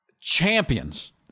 champions